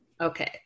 okay